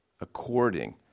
according